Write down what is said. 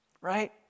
Right